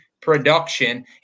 production